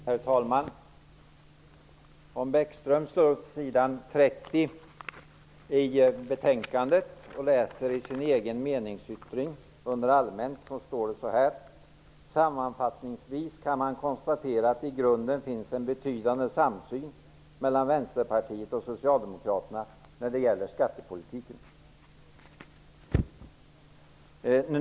Herr talman! Om Lars Bäckström slår upp s. 30 i skatteutskottets betänkande, kan han i sin egen meningsyttring under rubriken Allmänt läsa följande: ''Sammanfattningsvis kan man konstatera att det i grunden finns en betydande samsyn mellan Vänsterpartiet och Socialdemokraterna när det gäller skattepolitiken.''